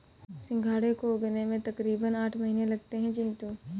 सिंघाड़े को उगने में तकरीबन आठ महीने लगते हैं चिंटू